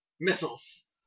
missiles